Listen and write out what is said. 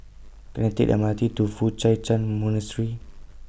Can I Take The M R T to Foo Hai Chan Monastery